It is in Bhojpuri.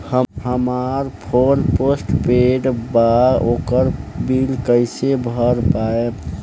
हमार फोन पोस्ट पेंड़ बा ओकर बिल कईसे भर पाएम?